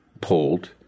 pulled